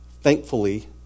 thankfully